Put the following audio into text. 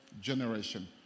generation